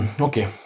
Okay